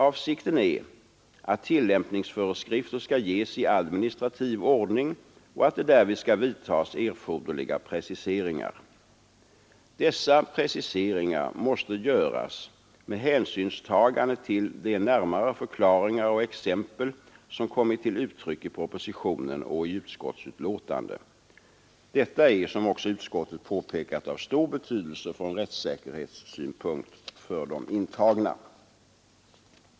Avsikten är att tillämpningsföreskrif ter skall ges i administrativ ordning och att det därvid skall vidtas erforderliga preciseringar. Dessa preciseringar måste göras med hänsynstagande till de närmare förklaringar och exempel som kommit till uttryck i propositionen och i utskottsbetänkandet. Detta är — som också utskottet påpekat — av stor betydelse från rättssäkerhetssynpunkt för de intagna.